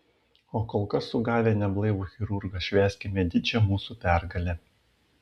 o kol kas sugavę neblaivų chirurgą švęskime didžią mūsų pergalę